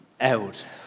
out